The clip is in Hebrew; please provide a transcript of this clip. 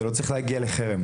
זה לא צריך להגיע לחרם,